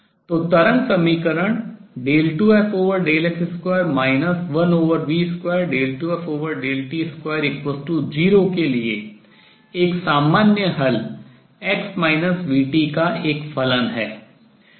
तो तरंग समीकरण 2fx2 1v22ft20 के लिए एक सामान्य हल x vt का एक फलन है